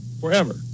forever